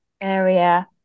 area